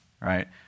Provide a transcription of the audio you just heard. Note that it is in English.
right